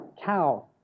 cow